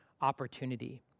opportunity